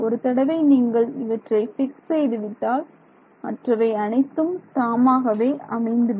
ஒரு தடவை நீங்கள் இவற்றை பிக்ஸ் செய்துவிட்டால் மற்றவை அனைத்தும் தானாகவே அமைந்துவிடும்